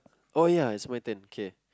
oh ya it's my turn okay